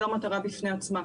ולא מטרה בפני עצמה.